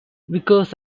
vickers